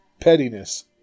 pettiness